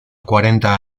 cuarenta